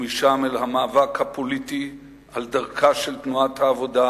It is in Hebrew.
ומשם אל המאבק הפוליטי על דרכה של תנועת העבודה,